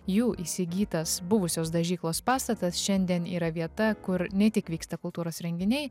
jų įsigytas buvusios dažyklos pastatas šiandien yra vieta kur ne tik vyksta kultūros renginiai